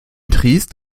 triest